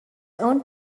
own